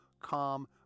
calm